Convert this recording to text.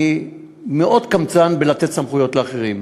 אני מאוד קמצן בלתת סמכויות לאחרים.